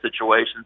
situations